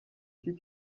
iki